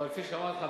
אבל כפי שאמרתי,